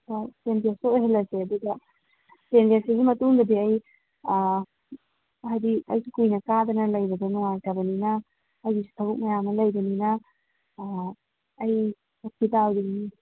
ꯑꯥ ten ꯗꯦꯁꯇ ꯑꯣꯏꯍꯜꯂꯁꯦ ꯑꯗꯨꯒ ꯇꯦꯟ ꯗꯦꯁꯁꯤꯒꯤ ꯃꯇꯨꯡꯗꯗꯤ ꯑꯩ ꯍꯥꯏꯗꯤ ꯑꯩꯁꯨ ꯀꯨꯏꯅ ꯀꯥꯗꯅ ꯂꯩꯕꯗꯣ ꯅꯨꯡꯉꯥꯏꯇꯕꯅꯤꯅ ꯑꯩꯁꯨ ꯊꯕꯛ ꯃꯌꯥꯝ ꯑꯃ ꯂꯩꯕꯅꯤꯅ ꯑꯥ ꯑꯩ ꯍꯣꯁꯄꯤꯇꯥꯜꯒꯤ ꯃꯤ